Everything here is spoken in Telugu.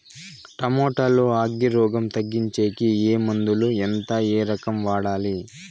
టమోటా లో అగ్గి రోగం తగ్గించేకి ఏ మందులు? ఎంత? ఏ రకంగా వాడాలి?